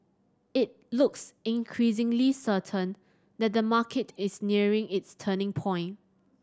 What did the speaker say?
it looks increasingly certain that the market is nearing its turning point